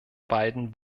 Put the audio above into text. beiden